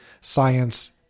science